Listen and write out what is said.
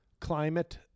climate